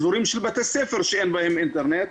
אזורים של בתי ספר שאין בהם אינטרנט,